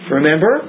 Remember